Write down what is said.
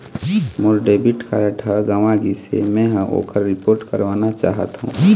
मोर debit card ह गंवा गिसे, मै ह ओकर रिपोर्ट करवाना चाहथों